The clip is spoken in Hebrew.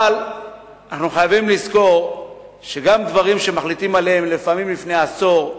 אבל אנחנו חייבים לזכור שגם דברים שמחליטים עליהם לפעמים לפני עשור,